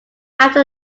after